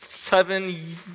seven